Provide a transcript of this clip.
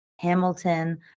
Hamilton